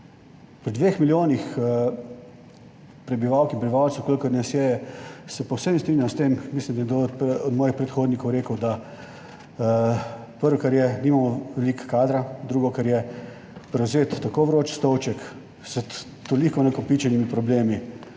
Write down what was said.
prebivalk in prebivalcev, kolikor nas je, se povsem strinjam s tem, mislim, da je nekdo od mojih predhodnikov rekel, da prvo, kar je, nimamo veliko kadra, drugo, kar je prevzeti tako vroč stolček s toliko nakopičenimi problemi